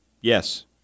Yes